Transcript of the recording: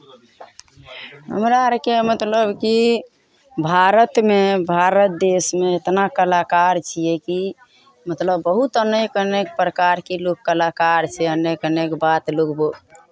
हमरा आरकेँ मतलब कि भारतमे भारत देशमे इतना कलाकार छियै कि मतलब बहुत अनेक अनेक प्रकारके लोक कलाकार छै अनेक अनेक बात लोक बोल